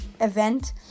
event